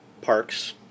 Parks